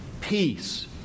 Peace